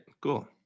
cool